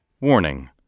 Warning